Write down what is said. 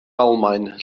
almaen